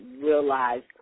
realized